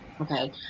okay